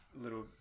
little